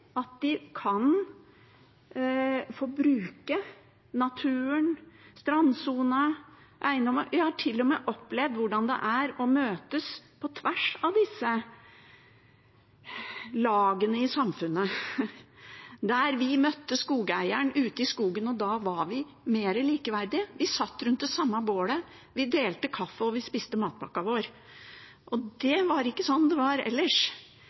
at de kan få bruke naturen, strandsonen – jeg har til og med opplevd hvordan det er å møtes på tvers av lagene i samfunnet. Når vi møtte skogeieren ute i skogen, var vi mer likeverdige. Vi satt rundt det samme bålet, vi delte kaffe, vi spiste matpakka vår – og det var ikke sånn det var ellers.